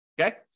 Okay